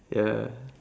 ya